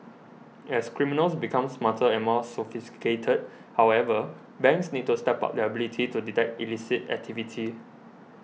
as criminals become smarter and more sophisticated however banks need to step up their ability to detect illicit activity